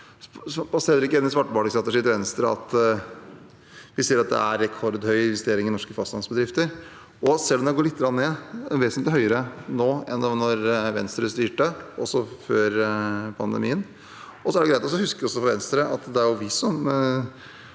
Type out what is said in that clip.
Det passer heller ikke inn i svartmalingsstrategien til Venstre at vi ser at det er rekordhøye investeringer i norske fastlandsbedrifter. Selv om de går litt ned, er de vesentlig høyere nå enn da Venstre styrte, også før pandemien. Så er det greit å huske, også for Venstre, at det er vi, og